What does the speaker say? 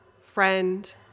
friend